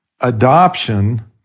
adoption